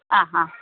ആ ആ